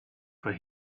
for